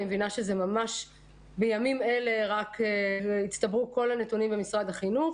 אני מבינה שזה ממש בימים אלה רק הצטברו כל הנתונים במשרד החינוך.